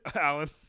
Alan